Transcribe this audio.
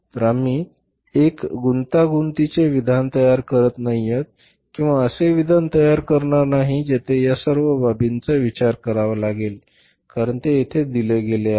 तर आम्ही एक गुंतागुंतीचे विधान तयार करणार नाहीयोत किंवा असे विधान तयार करणार नाही जेथे या सर्व बाबींचा विचार करावा लागेल कारण ते येथे दिले गेले आहेत